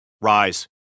Rise